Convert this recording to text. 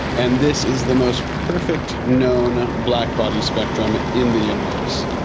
and this is the most perfect known black body spectrum in the universe.